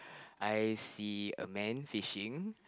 I see a man fishing